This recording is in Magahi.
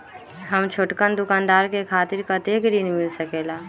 हम छोटकन दुकानदार के खातीर कतेक ऋण मिल सकेला?